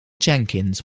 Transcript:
jenkins